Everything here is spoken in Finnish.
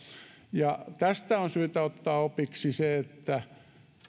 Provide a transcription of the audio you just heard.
ja tästä on syytä ottaa opiksi se että